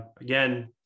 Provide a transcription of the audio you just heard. again